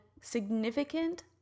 significant